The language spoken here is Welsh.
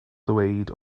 ddweud